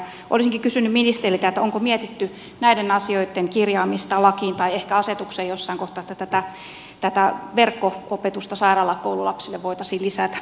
olisinkin kysynyt ministeriltä onko mietitty näiden asioitten kirjaamista lakiin tai ehkä asetukseen jossain kohtaa että tätä verkko opetusta sairaalakoululapsille voitaisiin lisätä